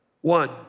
One